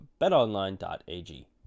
BetOnline.ag